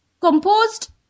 composed